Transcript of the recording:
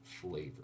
flavor